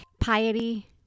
piety